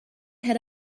head